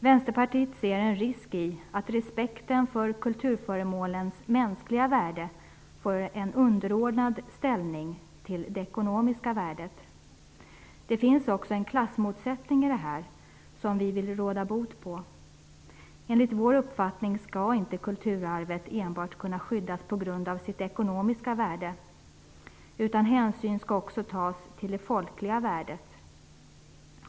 Vänsterpartiet ser en risk i att respekten för kulturföremålens mänskliga värde får en ställning som är underordnad det ekonomiska värdet. Det finns också en klassmotsättning i detta som vi vill råda bot på. Enligt vår uppfattning skall inte kulturarvet skyddas enbart på grund av sitt ekonomiska värde, utan hänsyn skall också tas till det folkliga värdet.